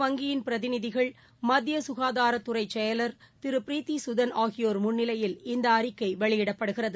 வங்கியின் பிரதிநிதிகள் மத்தியசுகாதாரத்துறைசெயலாளர் திருப்ரீத்திசுதன் உலக ஆகியோர் முன்னிலையில் இந்தஅறிக்கைவெளியிடப்படுகிறது